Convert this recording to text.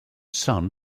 son